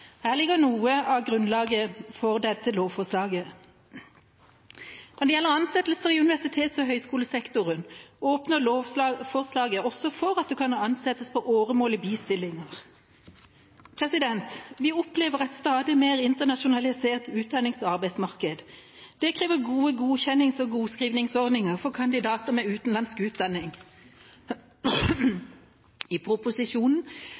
Her ligger noe av grunnlaget for dette lovforslaget. Når det gjelder ansettelser i universitets- og høyskolesektoren, åpner lovforslaget også for at det kan ansettes på åremål i bistillinger. Vi opplever et stadig mer internasjonalisert utdannings- og arbeidsmarked. Det krever gode godkjennings- og godskrivningsordninger for kandidater med utenlandsk utdanning. I proposisjonen